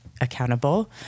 Accountable